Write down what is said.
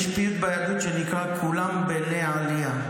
יש פיוט ביהדות שנקרא "כולם בני עלייה".